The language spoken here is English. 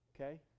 Okay